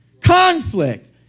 Conflict